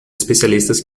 especialistas